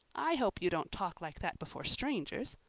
i hope you don't talk like that before strangers.